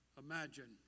imagine